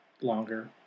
longer